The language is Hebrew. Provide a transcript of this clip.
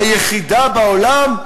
היחידה בעולם,